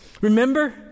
Remember